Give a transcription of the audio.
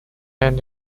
and